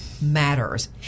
matters